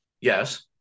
Yes